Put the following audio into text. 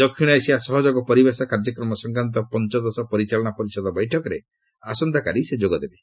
ଦକ୍ଷିଣ ଏସିଆ ସହଯୋଗ ପରିବେଶ କାର୍ଯ୍ୟକ୍ରମ ସଂକ୍ରାନ୍ତ ପଞ୍ଚଦଶ ପରିଚାଳନା ପରିଷଦ ବୈଠକରେ ଆସନ୍ତାକାଲି ଯୋଗଦେବେ